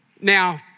Now